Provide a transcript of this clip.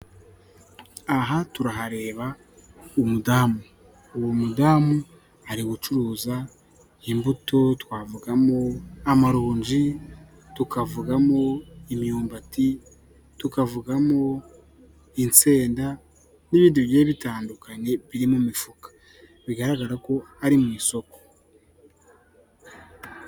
Aha turahareba umudamu uwo mudamu ari gucuruza imbuto twavugamo: amaronji, nji tukavugamo imyumbati, tukavugamo insenda, n'ibindi bigiye bitandukanye biri mu mifuka bigaragara ko ari mu isoko.